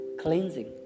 cleansing